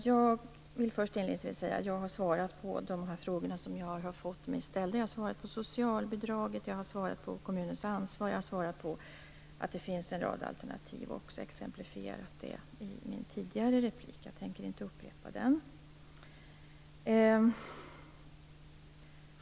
Fru talman! Inledningsvis vill jag säga att jag har svarat på de frågor som jag har fått om socialbidraget och om kommunens ansvar. Jag har i mitt förra inlägg också exemplifierat en rad alternativ, och jag tänker inte upprepa dem.